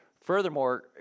Furthermore